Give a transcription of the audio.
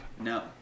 No